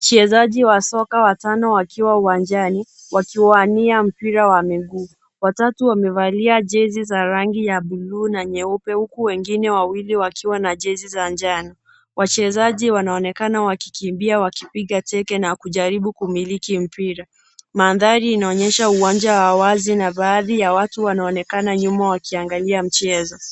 Wachezaji wa soka watano wakiwa uwanjani, wakiwania mpira wa miguu. Watatu wamevalia jezi za rangi ya buluu na nyeupe huku wengine wawili wakiwa na jezi za njano. Wachezaji wanaonekana wakikimbia wakipiga teke na kujaribu kumiliki mpira. Mandhari inaonyesha uwanja wa wazi na baadhi ya watu wanaonekana nyuma wakiangalia mchezo.